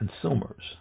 consumers